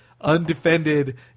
undefended